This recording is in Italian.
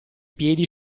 piedi